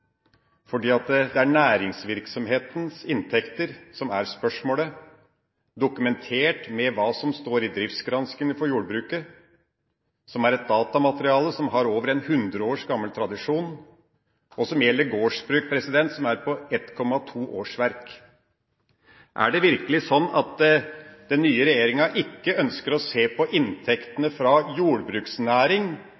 næringsvirksomhetens inntekter som er spørsmålet, dokumentert ved det som står i driftsgranskingene for jordbruket, som er et datamateriale som har en over hundre år lang tradisjon, og som gjelder gårdsbruk som er på 1,2 årsverk. Er det virkelig sånn at den nye regjeringa ikke ønsker å se på